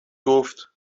گفت